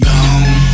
Gone